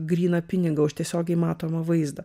gryną pinigą už tiesiogiai matomą vaizdą